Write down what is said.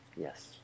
Yes